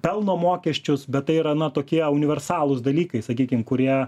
pelno mokesčius bet tai yra na tokie universalūs dalykai sakykim kurie